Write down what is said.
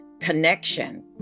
connection